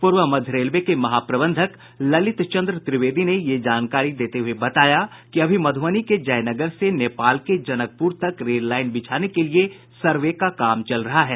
पूर्व मध्य रेलवे के महाप्रबंधक ललित चंद्र त्रिवेदी ने ये जानकारी देते हुए बताया कि अभी मध्रबनी के जयनगर से नेपाल के जनकप्र तक रेल लाईन बिछाने के लिये सर्वे का काम चल रहा है